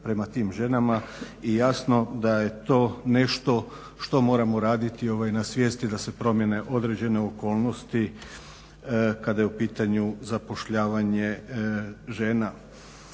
prema tim ženama. I jasno da je to nešto što moramo raditi na svijesti da se promijene određene okolnosti kada je u pitanju zapošljavanje žena.